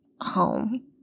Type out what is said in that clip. home